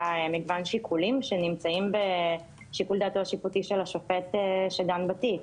מספר שיקולים שנמצאים בשיקול דעתו השיפוטי של השופט שדן בתיק.